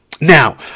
Now